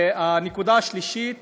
הנקודה השלישית